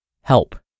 Help